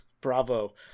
Bravo